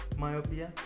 myopia